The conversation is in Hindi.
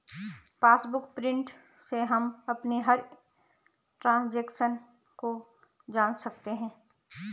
पासबुक प्रिंट से हम अपनी हर ट्रांजेक्शन को जान सकते है